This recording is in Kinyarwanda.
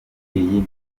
iyi